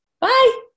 bye